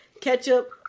ketchup